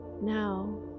Now